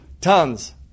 tons